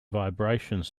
vibrations